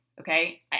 okay